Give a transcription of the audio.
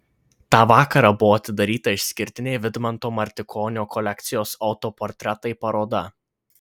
tą vakarą buvo atidaryta išskirtinė vidmanto martikonio kolekcijos autoportretai paroda